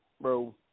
bro